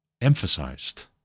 emphasized